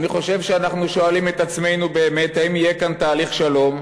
אני חושב שאנחנו שואלים את עצמנו באמת האם יהיה כאן תהליך שלום,